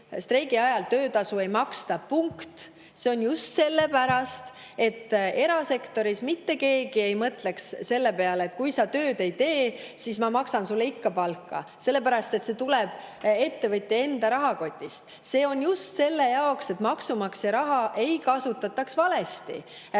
streigi ajal töötasu ei maksta, punkt? See on just sellepärast, et erasektoris ei mõtleks mitte keegi selle peale, et kui sa tööd ei tee, siis ma maksan sulle ikka palka, sellepärast et see tuleb ettevõtja enda rahakotist. See on just selle jaoks, et maksumaksja raha ei kasutataks valesti.